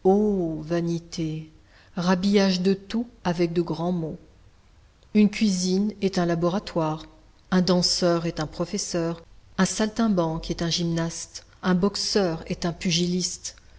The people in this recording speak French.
vanité rhabillage de tout avec de grands mots une cuisine est un laboratoire un danseur est un professeur un saltimbanque est un gymnaste un boxeur est un pugiliste